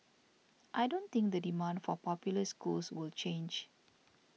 I don't think the demand for popular schools will change